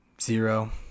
zero